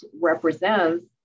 represents